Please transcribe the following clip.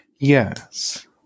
Yes